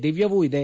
ದಿವ್ದವೂ ಇದೆ